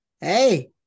Hey